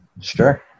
Sure